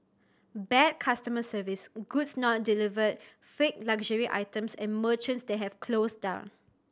bad customer service goods not delivered fake luxury items and merchants they have closed down